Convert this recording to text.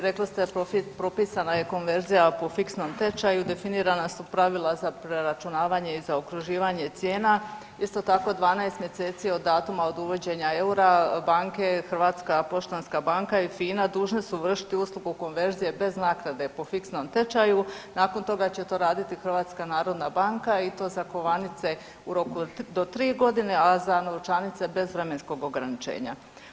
Rekli ste propisana je konverzija po fiksnom tečaju, definirana su pravila za preračunavanje i zaokruživanje cijena, isto tako 12 mjeseci od datuma od uvođenja eura banke, HPB i FINA dužne su vršiti uslugu konverzije bez naknade po fiksnom tečaju, nakon toga će to raditi HNB i to za kovanice u roku do 3.g., a za novčanice bez vremenskog ograničenja.